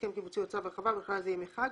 הסכם קיבוצי או צו הרחבה ובכלל זה ימי חג,